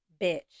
bitch